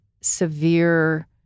severe